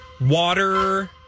Water